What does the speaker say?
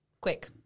quick